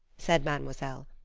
said mademoiselle.